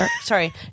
Sorry